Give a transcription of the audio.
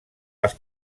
els